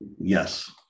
Yes